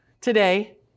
today